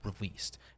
released